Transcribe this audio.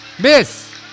Miss